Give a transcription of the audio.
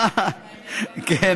מקים מפלגה.